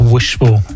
Wishful